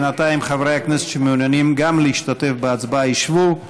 בינתיים חברי הכנסת שמעוניינים גם הם להשתתף בהצבעה ישבו.